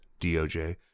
DOJ